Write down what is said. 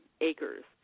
acres